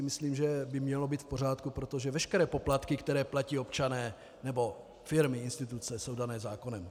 Myslím, že to by mělo být v pořádku, protože veškeré poplatky, které platí občané nebo firmy, instituce, jsou dané zákonem.